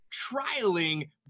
trialing